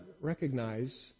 recognize